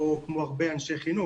או כמו הרבה אנשי חינוך,